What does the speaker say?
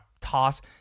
toss